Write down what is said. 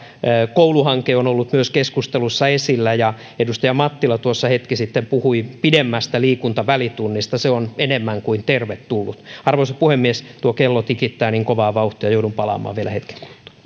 koulu hanke ovat olleet myös keskustelussa esillä ja edustaja mattila tuossa hetki sitten puhui pidemmästä liikuntavälitunnista se on enemmän kuin tervetullut arvoisa puhemies kello tikittää niin kovaa vauhtia että joudun palaamaan vielä hetken